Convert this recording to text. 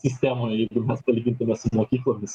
sistemoje jeigu mes palygintume su mokyklomis